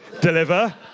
Deliver